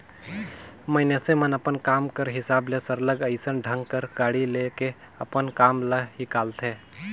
मइनसे मन अपन काम कर हिसाब ले सरलग अइसन ढंग कर गाड़ी ले के अपन काम ल हिंकालथें